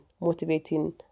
motivating